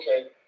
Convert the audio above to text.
okay